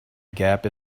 gap